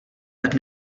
tak